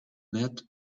net